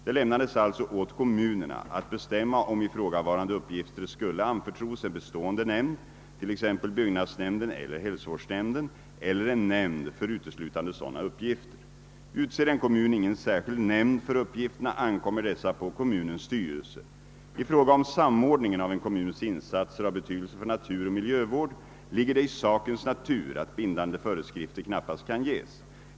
Det lämnades alltså åt kommunerna att bestämma om ifrågavarande uppgifter skulle anförtros en bestående nämnd, t.ex. byggnadsnämnden eller hälsovårdsnämnden, eller en nämnd för uteslutande sådana uppgifter. Utser en kommun ingen särskild nämnd för uppgifterna ankommer dessa på kommunens styrelse. I fråga om samordningen av en kommuns insatser av betydelse för naturoch miljövård ligger det i sakens natur att bindande föreskrifter knappast kan ges.